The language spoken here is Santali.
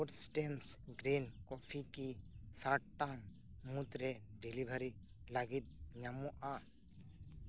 ᱨᱳᱰᱥ ᱥᱴᱮᱱᱥ ᱜᱽᱨᱤᱱ ᱠᱚᱯᱷᱤ ᱠᱤ ᱥᱟᱛ ᱴᱟᱲᱟᱝ ᱢᱩᱫᱽ ᱨᱮ ᱰᱮᱞᱤᱵᱷᱟᱨᱤ ᱞᱟᱜᱤᱫ ᱧᱟᱢᱚᱜᱼᱟ